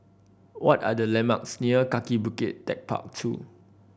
what are the landmarks near Kaki Bukit Techpark Two